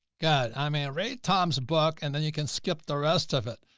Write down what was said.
god i man, read tom's book and then you can skip the rest of it.